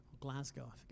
Glasgow